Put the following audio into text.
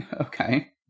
Okay